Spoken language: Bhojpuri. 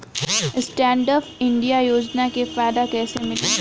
स्टैंडअप इंडिया योजना के फायदा कैसे मिली?